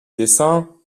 dessins